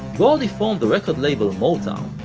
gordy formed the record label motown,